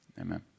amen